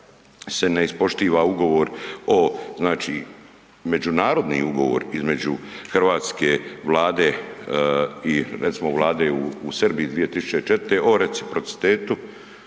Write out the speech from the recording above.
se ne ispoštiva ugovor, međunarodni ugovor između hrvatske Vlade i recimo vlade u Srbiji iz 2004.o reciprocitetu